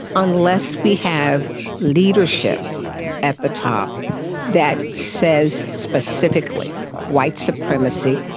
unless we have leadership at the top that says specifically white supremacy,